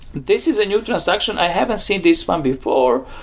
this is a new transaction. i haven't seen this one before.